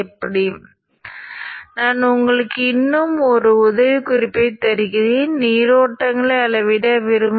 இவை அனைத்தும் நிலை வீழ்ச்சியில் இருக்கும்